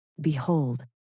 Behold